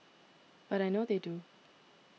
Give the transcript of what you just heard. but I know they do